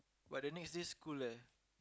but the next day school leh